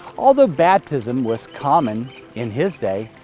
although baptism was common in his day,